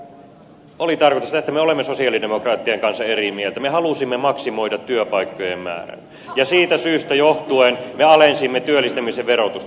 mutta meillä oli tarkoitus ja tästä me olemme sosialidemokraattien kanssa eri mieltä me halusimme maksimoida työpaikkojen määrän ja siitä syystä johtuen me alensimme työllistämisen verotusta